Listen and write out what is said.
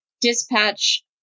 dispatch